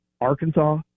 Arkansas